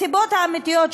הסיבות האמיתיות,